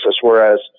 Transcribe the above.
whereas